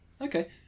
Okay